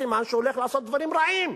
סימן שהוא הולך לעשות דברים רעים,